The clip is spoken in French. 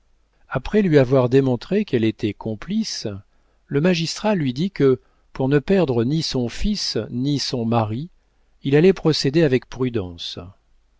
après lui avoir démontré qu'elle était complice le magistrat lui dit que pour ne perdre ni son fils ni son mari il allait procéder avec prudence